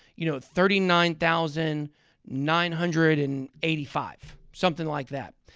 you know, thirty nine thousand nine hundred and eighty five, something like that,